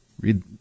Read